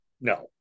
no